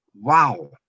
wow